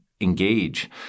engage